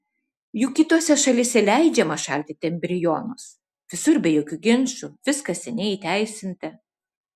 juk kitose šalyse leidžiama šaldyti embrionus visur be jokių ginčų viskas seniai įteisinta